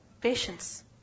Patience